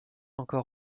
encore